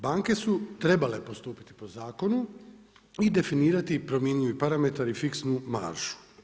Banke su trebale postupiti po zakonu i definirati promjenjivi parametar i fiksnu maržu.